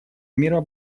мира